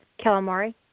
calamari